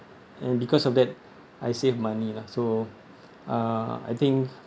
and because of that I saved money lah so uh I think